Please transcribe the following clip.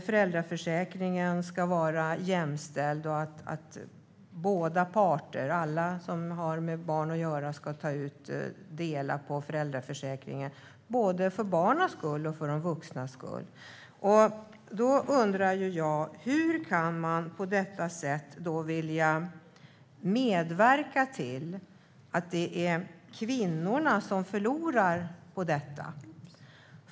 Föräldraförsäkringen ska vara jämställd, och alla parter som har med barnen att göra ska dela på föräldraförsäkringen, både för barnens skull och för de vuxnas skull. Det jag undrar är hur man kan vilja medverka till att det är kvinnorna som förlorar på detta.